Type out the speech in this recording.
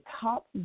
top